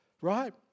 Right